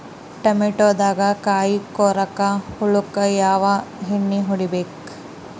ಟಮಾಟೊದಾಗ ಕಾಯಿಕೊರಕ ಹುಳಕ್ಕ ಯಾವ ಎಣ್ಣಿ ಹೊಡಿಬೇಕ್ರೇ?